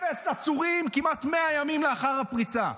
אפס עצורים כמעט 100 ימים לאחר הפריצה.